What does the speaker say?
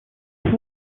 pour